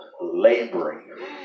laboring